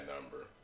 number